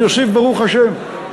אני אוסיף: ברוך השם.